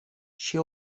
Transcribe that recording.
she